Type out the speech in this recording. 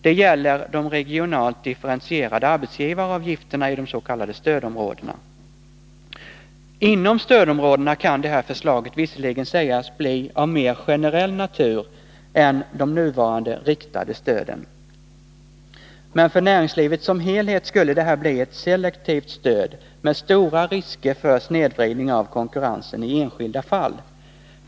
Det gäller de regionalt differentierade arbetsgivaravgifterna i de s.k. stödområdena. Inom stödområdena kan stödet enligt det här förslaget visserligen sägas bli av mer generell natur än de nuvarande riktade stöden, men för näringslivet som helhet skulle det bli ett selektivt stöd med stora risker för snedvridning av konkurrensen i enskilda fall.